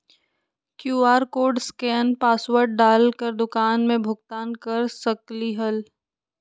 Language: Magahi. कियु.आर कोड स्केन पासवर्ड डाल कर दुकान में भुगतान कर सकलीहल?